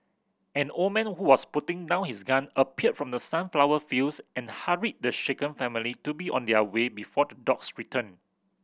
an old man who was putting down his gun appeared from the sunflower fields and hurried the shaken family to be on their way before the dogs return